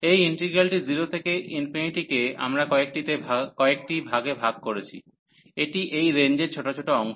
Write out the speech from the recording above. এই ইন্টিগ্রালটি 0 থেকে কে আমরা কয়েকটিতে ভাগে ভাগ করেছি এটি এই রেঞ্জের ছোট ছোট অংশ